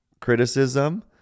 criticism